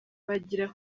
bagira